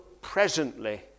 presently